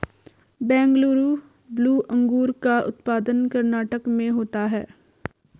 Bengaluru blue अंगूर का उत्पादन कर्नाटक में होता है